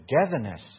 togetherness